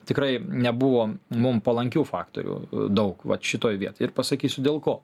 tikrai nebuvo mum palankių faktorių daug vat šitoj vietoj ir pasakysiu dėl ko